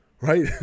right